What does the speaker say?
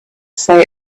say